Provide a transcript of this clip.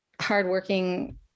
hardworking